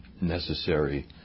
necessary